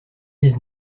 dix